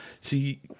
See